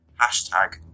Hashtag